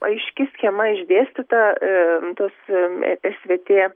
aiški schema išdėstyta tos svt